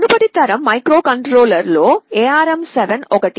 మునుపటి తరం మైక్రోకంట్రోలర్లలో ARM7 ఒకటి